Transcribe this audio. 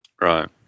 Right